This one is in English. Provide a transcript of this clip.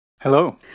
Hello